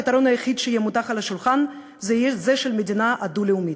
הפתרון היחיד שיהיה מונח על השולחן יהיה זה של מדינה דו-לאומית.